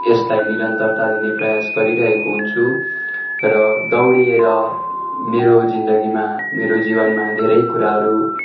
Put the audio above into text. यसलाई निरन्तरता दिने प्रयास गरिरहेको हुन्छु र दौडिएर मेरो जिन्दगीमा मेरो जीवनमा धेरै कुराहरू